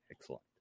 Excellent